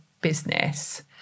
business